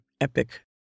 epic